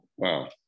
Wow